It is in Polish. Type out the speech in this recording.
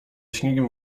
śniegiem